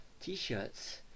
T-shirts